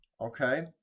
okay